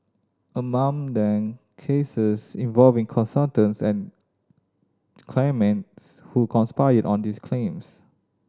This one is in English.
among them cases involving consultants and claimants who conspired on these claims